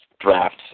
draft